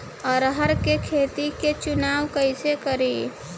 अरहर के खेत के चुनाव कईसे करी?